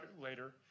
later